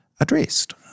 addressed